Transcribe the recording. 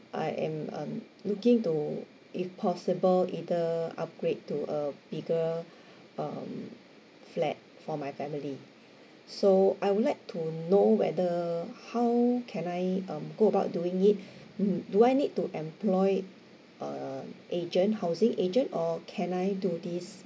I am um looking to if possible either upgrade to a bigger um flat for my family so I would like to know whether how can I um go about doing it mm do I need to employ a agent housing agent or can I do this